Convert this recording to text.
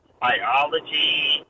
biology